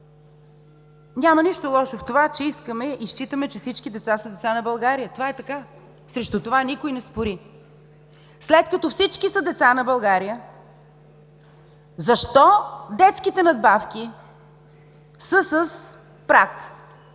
Няма нищо лошо в това, че искаме и считаме, че всички деца са деца на България. Това е така. Срещу това никой не спори. След като всички са деца на България, защо детските надбавки са с праг?